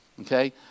Okay